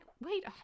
wait